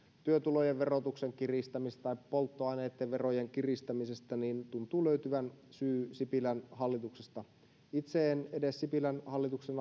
työtulojen verotuksen kiristämisestä tai polttoaineitten verojen kiristämisestä niin syy tuntuu löytyvän sipilän hallituksesta itse en edes sipilän hallituksen